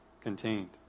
contained